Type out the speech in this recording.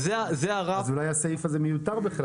אם כן, אולי הסעיף הזה מיותר.